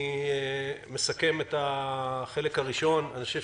אני מסכם את הישיבה: אני חושב